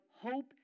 hope